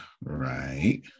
right